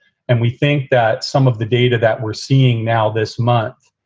and we think that some of the data that we're seeing now this month,